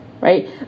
right